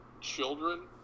children